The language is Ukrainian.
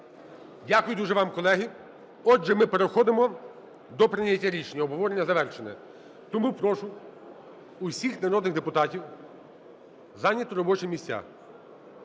Дякую дуже вам. Колеги, отже, ми переходимо до прийняття рішення. Обговорення завершено. Тому прошу всіх народних депутатів зайняти робочі місця.